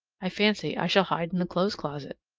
i fancy i shall hide in the clothes closet.